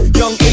young